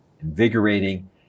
invigorating